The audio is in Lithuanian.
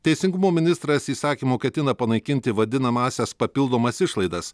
teisingumo ministras įsakymu ketina panaikinti vadinamąsias papildomas išlaidas